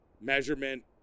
measurement